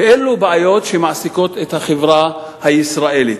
ואלו בעיות שמעסיקות את החברה הישראלית.